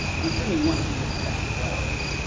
i'm assuming you want to do this bet well,